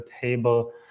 table